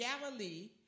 Galilee